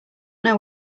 know